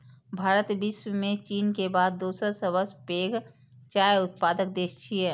भारत विश्व मे चीन के बाद दोसर सबसं पैघ चाय उत्पादक देश छियै